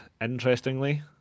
interestingly